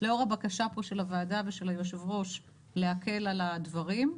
לאור הבקשה פה של הוועדה ושל היושב-ראש להקל על הדברים,